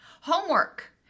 Homework